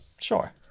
Sure